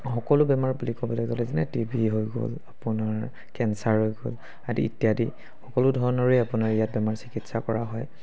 সকলো বেমাৰ বুলি ক'বলৈ গ'লে যেনে টি বি হৈ গ'ল আপোনাৰ কেঞ্চাৰ ৰোগ হ'ল আদি ইত্যাদি সকলো ধৰণৰেই আপোনাৰ ইয়াত বেমাৰ চিকিৎসা কৰা হয়